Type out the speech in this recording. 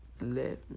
Let